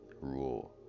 rule